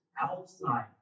outside